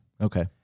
Okay